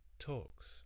talks